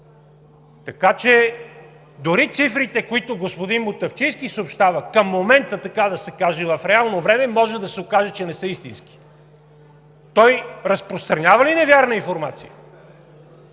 Така че дори цифрите, които господин Мутафчийски съобщава към момента, така да се каже в реално време, може да се окаже, че не са истински. Той разпространява ли невярна информация?